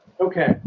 okay